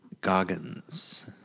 Goggins